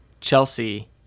Chelsea